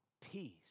Peace